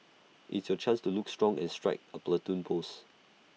it's your chance to look strong and strike A Platoon pose